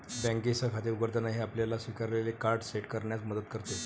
बँकेसह खाते उघडताना, हे आपल्याला स्वीकारलेले कार्ड सेट करण्यात मदत करते